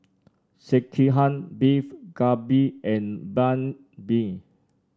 Sekihan Beef Galbi and Banh Been